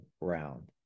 round